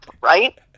Right